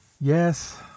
Yes